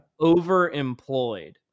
overemployed